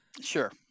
sure